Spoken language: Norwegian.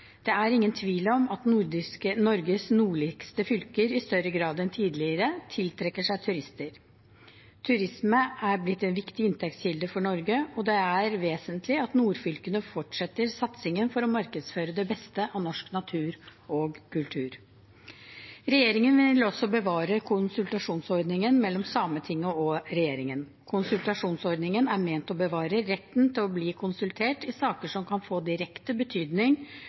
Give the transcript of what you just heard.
Det er ingen tvil om at Norges nordligste fylker i større grad enn tidligere tiltrekker seg turister. Turisme har blitt en viktig inntektskilde for Norge, og det er vesentlig at nordfylkene fortsetter satsingen for å markedsføre det beste av norsk natur og kultur. Regjeringen vil også bevare konsultasjonsordningen mellom Sametinget og regjeringen. Konsultasjonsordningen er ment å bevare retten til å bli konsultert i saker som kan få direkte betydning